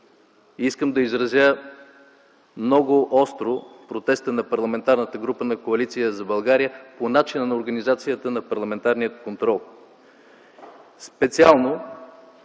искам да изразя много остро протеста на Парламентарната група на Коалиция за България по начина на организацията на парламентарния контрол.